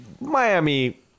Miami